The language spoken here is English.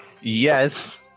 Yes